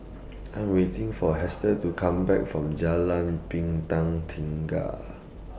I'm waiting For Hester to Come Back from Jalan Bintang Tiga